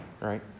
right